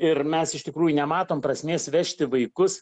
ir mes iš tikrųjų nematom prasmės vežti vaikus